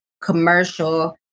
commercial